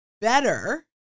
better